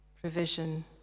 provision